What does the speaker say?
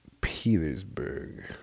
Petersburg